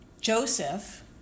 Joseph